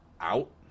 out